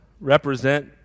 represent